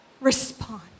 respond